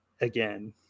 again